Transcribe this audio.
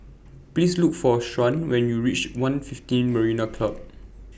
Please Look For Sharyn when YOU REACH one fifteen Marina Club